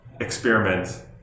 experiment